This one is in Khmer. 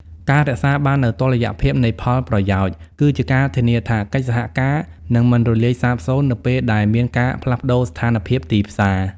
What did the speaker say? ការរក្សាបាននូវ "តុល្យភាពនៃផលប្រយោជន៍" គឺជាការធានាថាកិច្ចសហការនឹងមិនរលាយសាបសូន្យនៅពេលដែលមានការផ្លាស់ប្តូរស្ថានភាពទីផ្សារ។